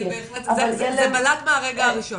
זה בלט מהרגע הראשון.